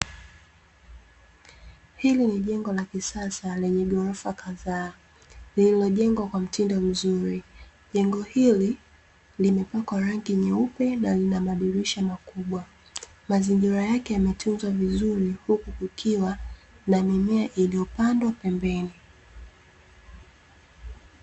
Hili ni jengo la kisasa lenye ghorofa kadhaa. Lililojengwa kwa mtindo mzuri. Jengo hili limepakwa rangi nyeupe na lina madirisha makubwa. Mazingira yake yametunzwa vizuri, huku kukiwa na mimea iliyopandwa pembeni.